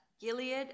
Gilead